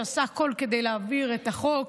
שעשה הכול כדי להעביר את החוק,